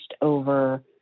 over